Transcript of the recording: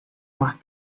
más